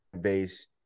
base